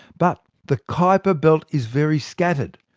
but the kuiper belt is very scattered.